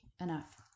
enough